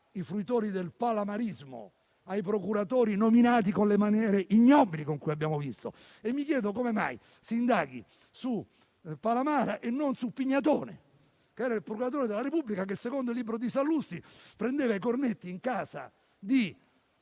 ai fruitori del "palamarismo", ai procuratori nominati nelle maniere ignobili che abbiamo visto. Mi chiedo come mai si indaghi su Palamara e non su Pignatone, che era il procuratore della Repubblica che, secondo il libro di Sallusti, prendeva i cornetti in casa di Palamara